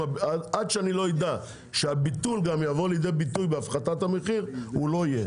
עד שאני לא אדע שהביטול גם יבוא לידי ביטוי בהפחתת המחיר הוא לא יהיה.